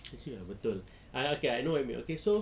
actually ya betul ah okay I know what you mean okay so